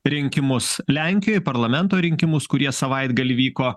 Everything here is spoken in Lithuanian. rinkimus lenkijoj parlamento rinkimus kurie savaitgalį vyko